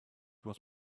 was